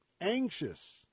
anxious